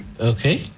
Okay